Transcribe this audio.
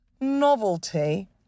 novelty